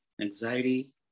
anxiety